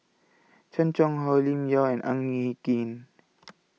Chan Chang How Lim Yau and Ang Hin Kee